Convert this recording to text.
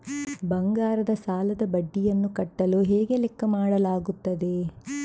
ಬಂಗಾರದ ಸಾಲದ ಬಡ್ಡಿಯನ್ನು ಕಟ್ಟಲು ಹೇಗೆ ಲೆಕ್ಕ ಮಾಡಲಾಗುತ್ತದೆ?